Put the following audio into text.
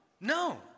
No